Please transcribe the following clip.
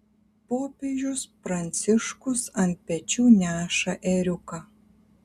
popiežius pranciškus ant pečių neša ėriuką